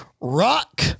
rock